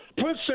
Put